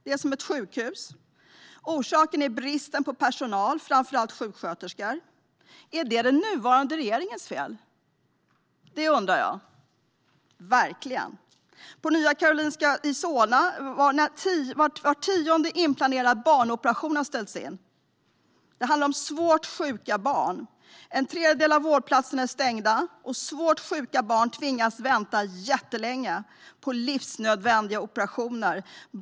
Det är som ett sjukhus. Orsaken är bristen på personal, framför allt sjuksköterskor. Är det den nuvarande regeringens fel? Det undrar jag verkligen. På Nya Karolinska i Solna har var tionde inplanerad barnoperation ställts in. Det handlar om svårt sjuka barn. En tredjedel av vårdplatserna är stängda, och svårt sjuka barn tvingas vänta jättelänge på livsnödvändiga operationer.